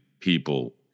people